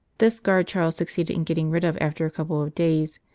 this guard charles succeeded in getting rid of after a couple of days,